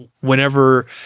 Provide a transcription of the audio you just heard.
whenever